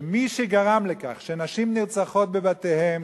שמי שגרם לכך שנשים נרצחות בבתיהן,